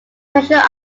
treasure